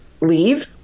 leave